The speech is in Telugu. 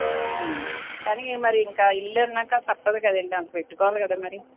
కానీ మరి ఇంక ఇల్లు అన్నాక తప్పదు కదండి అంత పెట్టుకోవాలి కదా మరి